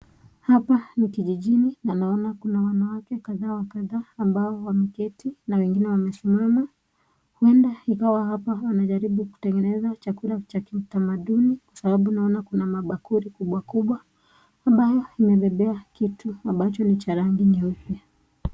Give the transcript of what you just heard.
Hapa ni kijijini na naona kuna wanawake kadhaa wa kadhaa wameketi na kuna wengine wamesimama huenda nikiwa hapa wanajaribu kutengeneza chakula ya kitamaduni kwa sababu naona kuna ma bakuli kubwa kubwa ambayo ime bebea kitu ambacho ni cha rangi nyeupe.